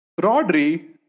Rodri